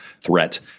threat